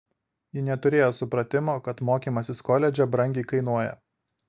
ji neturėjo supratimo kad mokymasis koledže brangiai kainuoja